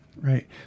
Right